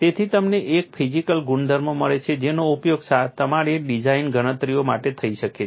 તેથી તમને એક ફિઝિકલી ગુણધર્મ મળે છે જેનો ઉપયોગ તમારી બધી ડિઝાઇન ગણતરીઓ માટે થઈ શકે છે